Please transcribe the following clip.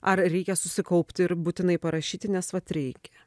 ar reikia susikaupti ir būtinai parašyti nes vat reikia